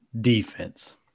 defense